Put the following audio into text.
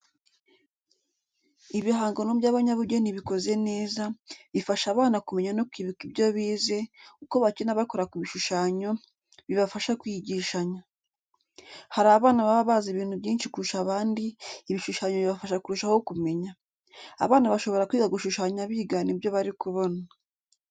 Ibihangano by'abanyabugeni bikoze neza, bifasha abana kumenya no kwibuka ibyo bize, uko bakina bakora ku bishushanyo, bibafasha kwigishanya. Hari abana baba bazi ibintu byinshi kurusha abandi, ibishushanyo bibafasha kurushaho kumenya. Abana bashobora kwiga gushushanya bigana ibyo bari kubona.